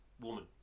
woman